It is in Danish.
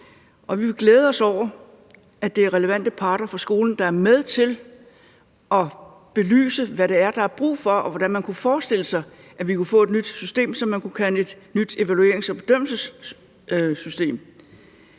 vi vil glæde os over, at det er relevante parter fra skolen, der er med til at belyse, hvad det er, der er brug for, og hvordan man kunne forestille sig at vi kunne få et nyt system, som man kunne kalde et nyt evaluerings- og bedømmelsessystem.